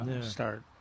Start